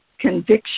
conviction